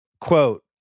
quote